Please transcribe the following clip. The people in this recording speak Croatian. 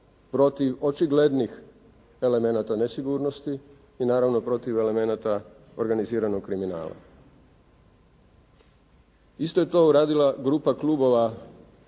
protiv očiglednih elemenata nesigurnosti i naravno protiv elemenata organiziranog kriminala. Isto je to uradila grupa klubova